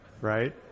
Right